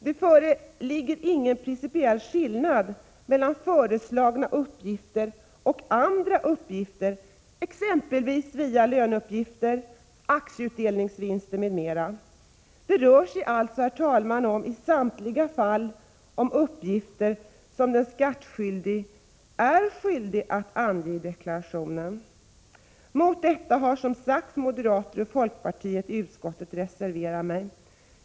Det föreligger ingen principiell skillnad mellan föreslagna uppgifter och andra uppgifter, exempelvis löneuppgifter, uppgifter om aktieutdelningsvinster m.m. Det rör sig alltså, herr talman, i samtliga fall om uppgifter som den skattskyldige är skyldig att ange i deklarationen. Mot detta har, som jag redan har sagt, moderater och folkpartister i utskottet reserverat sig.